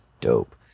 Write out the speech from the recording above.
dope